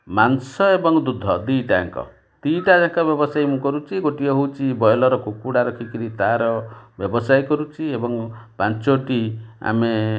ମାଂସ ଏବଂ ଦୁଧ ଦୁଇଟା ଯାଙ୍କ ଦୁଇଟାଯାକ ବ୍ୟବସାୟ ମୁଁ କରୁଛି ଗୋଟିଏ ହେଉଛି ବ୍ରଏଲର୍ କୁକୁଡ଼ା ରଖିକରି ତାର ବ୍ୟବସାୟ କରୁଛି ଏବଂ ପାଞ୍ଚଟି ଆମେ